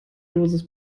dosis